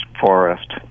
forest